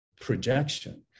projection